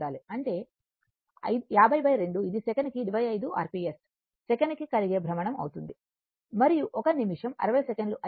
కాబట్టి అంటే 502 ఇది సెకనుకు 25 rps సెకను కి కలిగే భ్రమణం అవుతుంది మరియు ఒక నిమిషం 60 సెకన్లు అయితే